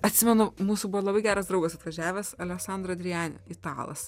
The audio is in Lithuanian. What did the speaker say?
atsimenu mūsų buvo labai geras draugas atvažiavęs aleksandr adriani italas